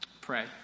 pray